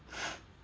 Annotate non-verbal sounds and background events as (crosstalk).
(breath)